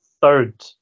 third